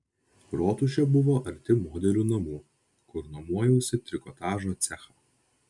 rotušė buvo arti modelių namų kur nuomojausi trikotažo cechą